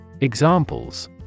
Examples